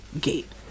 gate